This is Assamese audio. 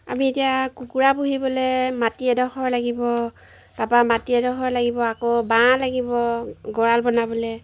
আমি এতিয়া কুকুৰা পুহিবলৈ মাটি এডখৰ লাগিব তাৰপা মাটি এডখৰ লাগিব আকৌ বাঁহ লাগিব গঁৰাল বনাবলৈ